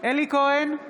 אלי כהן,